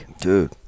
Dude